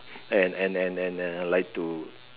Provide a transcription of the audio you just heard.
and and and and I like to